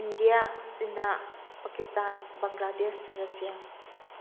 India China Pakistan Bangladesh Russia